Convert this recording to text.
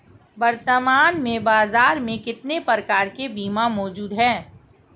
वर्तमान में बाज़ार में कितने प्रकार के बीमा मौजूद हैं?